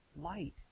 light